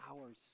hours